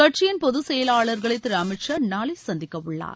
கட்சியின் பொதுச் செயலாளர்களை திரு அமீத் ஷா நாளை சந்திக்க உள்ளார்